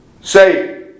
say